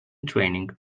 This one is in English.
training